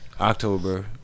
October